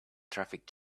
traffic